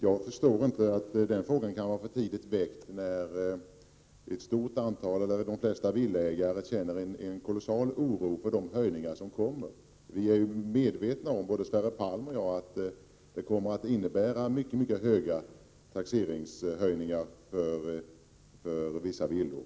Jag förstår inte att frågan kan vara för tidigt väckt, när de flesta villaägare känner kolossal oro för de höjningarna. Både Sverre Palm och jag är medvetna om att höjningarna av taxeringsvärdena kommer att bli mycket stora för vissa villor.